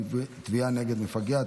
תביעה נגד מפגע),